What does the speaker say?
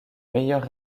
meilleur